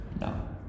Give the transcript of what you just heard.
no